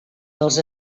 dels